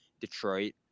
Detroit